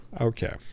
Okay